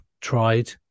tried